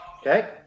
Okay